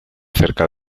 cerca